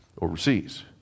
overseas